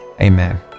Amen